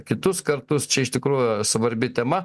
kitus kartus čia iš tikrųjų svarbi tema